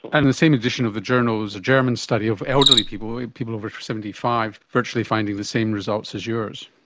and in the same edition of the journal, there's a german study of elderly people, people over seventy five, virtually finding the same results as yours.